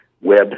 web